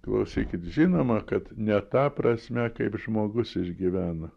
klausykit žinoma kad ne ta prasme kaip žmogus išgyvena